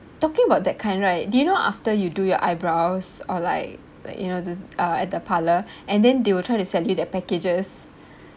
talking about that kind right do you know after you do your eyebrows or like like you know the uh at the parlor and then they will try to sell you their packages